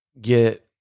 get